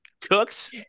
cooks